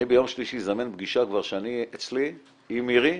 ביום שלישי אני אזמן פגישה אצלי, עם מירי,